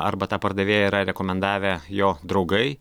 arba tą pardavėją yra rekomendavę jo draugai